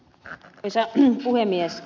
arvoisa puhemies